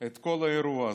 את כל האירוע הזה.